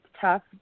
tough